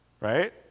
right